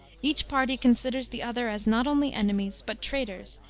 each party considers the other as not only enemies, but traitors,